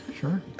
Sure